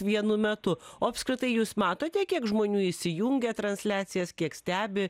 vienu metu o apskritai jūs matote kiek žmonių įsijungia transliacijas kiek stebi